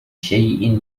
شيء